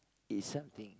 is something